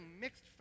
mixed